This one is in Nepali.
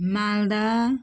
मालदा